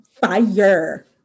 fire